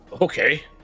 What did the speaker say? Okay